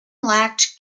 lacked